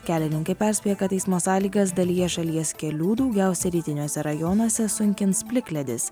kelininkai perspėja kad eismo sąlygas dalyje šalies kelių daugiausiai rytiniuose rajonuose sunkins plikledis